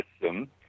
system